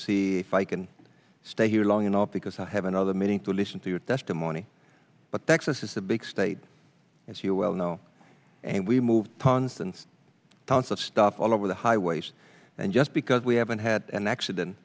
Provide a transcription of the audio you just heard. see if i can stay here long enough because i have another meeting to listen to your testimony but texas is a big state and she will know and we moved tons and tons of stuff all over the highways and just because we haven't had an accident